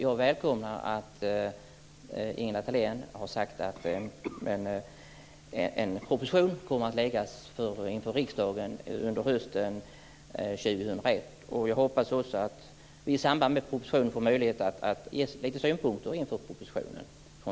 Jag välkomnar att Ingela Thalén har sagt att en proposition kommer att lämnas till riksdagen under hösten 2001. Jag hoppas också att Vänsterpartiet inför propositionen får möjlighet att ge några synpunkter.